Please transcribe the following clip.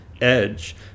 edge